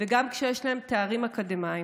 וגם כשיש להן תארים אקדמיים.